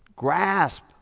grasp